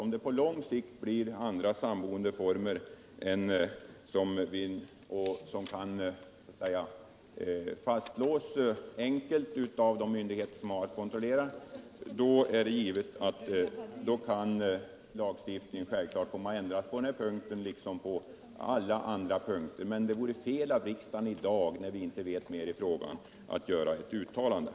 Om det på lång sikt uppstår andra sammanboendeformer som på ett enkelt sätt kan fastslås av de kontrollerande myndigheterna, så är det givet att lagstiftningen kan komma att ändras på denna liksom på andra punkter. Men det vore fel av riksdagen att göra något uttalande, när vi inte vet mer i denna fråga.